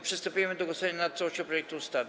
Przystępujemy do głosowania nad całością projektu ustawy.